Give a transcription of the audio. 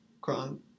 cron